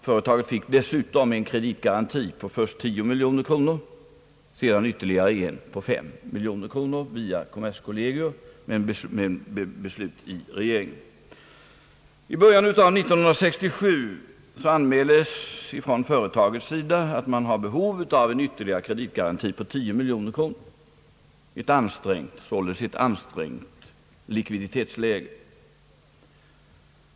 Företaget fick dessutom en kreditgaranti på 10 miljoner kronor och sedan ytterligare en på 5 miljoner kronor via kommerskollegium efter beslut i regeringen, men jag skall inte följa hela utvecklingen. I början av 1967 anmälde företaget att man hade behov av en ytterligare kreditgaranti på 10 miljoner kronor — man var således i ett ansträngt likviditetsläge.